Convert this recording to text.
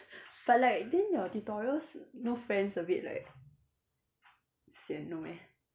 but like then your tutorials no friends a bit like sian no meh